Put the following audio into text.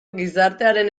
gizartearen